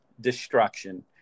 destruction